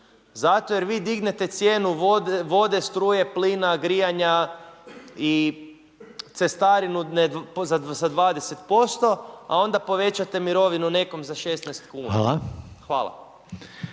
zato jer vi dignete cijenu vode, struje, plina, grijanja i cestarinu sa 20% a onda povećate mirovinu nekom za 16 kuna. Hvala.